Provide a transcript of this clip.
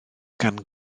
gan